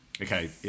Okay